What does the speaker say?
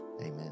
Amen